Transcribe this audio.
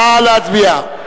נא להצביע.